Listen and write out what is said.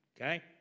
Okay